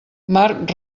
marc